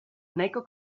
nahiko